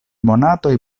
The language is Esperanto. monatoj